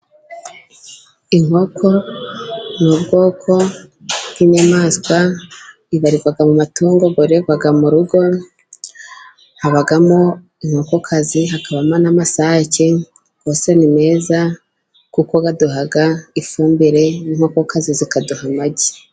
Inkoko ni ubwoko bw'inyamaswa, ibarirwa mu matungo yororerwa mu rugo, habamo inkokokazi hakabamo n'amasake yose ni meza kuko aduha ifumbire n'inkoko kazi zikaduha amagi.